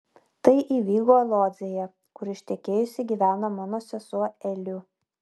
tai įvyko lodzėje kur ištekėjusi gyveno mano sesuo eliu